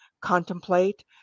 contemplate